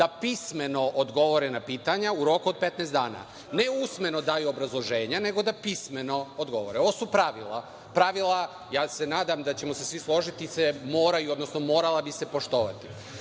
da pismeno odgovore na pitanja u roku od 15 dana, ne usmeno da daju obrazloženja, nego da pismeno odgovore. Ovo su pravila. Ja se nadam da ćemo se svi složiti, ona bi se morala poštovati. Pitanje